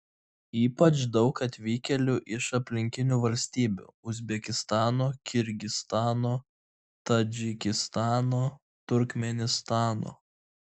ypač daug atvykėlių iš aplinkinių valstybių uzbekistano kirgizstano tadžikistano turkmėnistano